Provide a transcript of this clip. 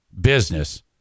business